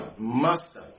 master